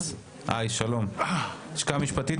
לשכה משפטית,